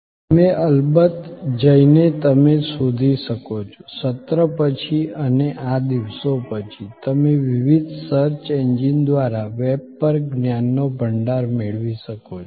તમે અલબત્ત જઈને તેને શોધી શકો છો સત્ર પછી અને આ દિવસો પછી તમે વિવિધ સર્ચ એન્જિન દ્વારા વેબ પર જ્ઞાનનો ભંડાર મેળવી શકો છો